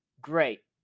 great